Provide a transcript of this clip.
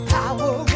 Power